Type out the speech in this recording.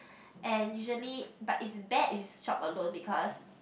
and usually but it's bad if you shop alone because